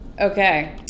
Okay